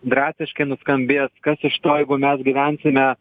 drastiškai nuskambės kas iš to jeigu mes gyvensime